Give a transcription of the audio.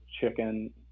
chicken